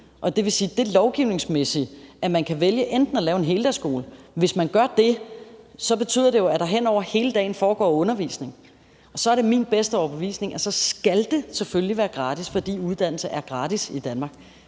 det lovgivningsmæssige kan man vælge at lave en heldagsskole. Hvis man gør det, betyder det jo, at der hen over hele dagen foregår undervisning, og så er det min bedste overbevisning, at det så selvfølgelig skal være gratis, fordi uddannelse er gratis i Danmark